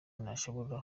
ntashobora